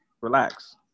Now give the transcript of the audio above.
Relax